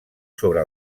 sobre